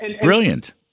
brilliant